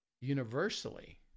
universally